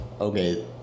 okay